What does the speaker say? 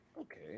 Okay